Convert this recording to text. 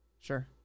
Sure